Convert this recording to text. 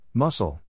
Muscle